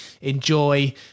enjoy